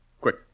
quick